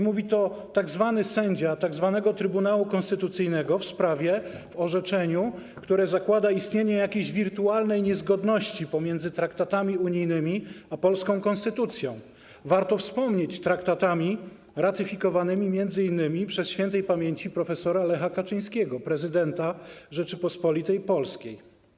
Mówi to tzw. sędzia tzw. Trybunału Konstytucyjnego w orzeczeniu, które zakłada istnienie jakiejś wirtualnej niezgodności pomiędzy traktatami unijnymi a polską konstytucją, warto wspomnieć: traktatami ratyfikowanymi m.in. przez śp. prof. Lecha Kaczyńskiego, prezydenta Rzeczypospolitej Polskiej.